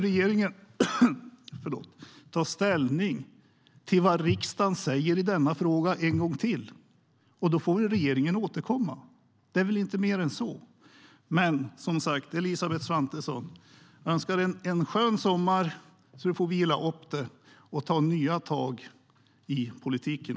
Regeringen får ta ställning till vad riksdagen säger i denna fråga en gång till, och så får regeringen återkomma. Det är väl inte mer än så. Som sagt: Jag önskar Elisabeth Svantesson en skön sommar så att hon får vila upp sig och ta nya tag i politiken!